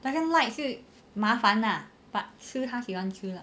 doesn't like 是麻烦 ah but 吃他喜欢吃 lah